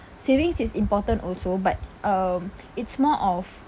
savings is important also but um it's more of